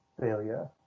failure